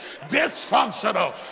dysfunctional